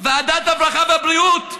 ועדת הרווחה והבריאות,